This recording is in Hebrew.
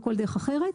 או כל דרך אחרת,